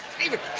stephen